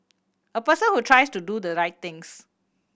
a person who tries to do the right things